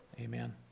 Amen